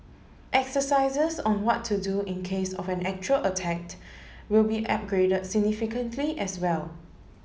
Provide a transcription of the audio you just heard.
exercises on what to do in case of an actual attack will be upgraded significantly as well